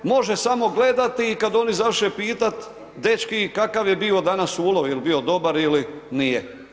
Može samo gledati i kad oni završe pitati dečki kakav je bio danas ulov, je li bio dobar ili nije.